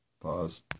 Pause